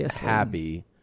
happy